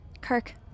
Kirk